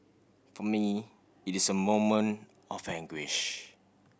for me it is a moment of anguish